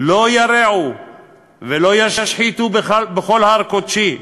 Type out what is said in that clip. "לא ירעו ולא ישחיתו בכל הר קדשי,